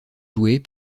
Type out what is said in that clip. joués